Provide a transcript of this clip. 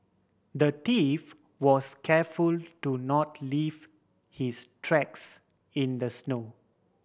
the thief was careful to not leave his tracks in the snow